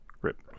rip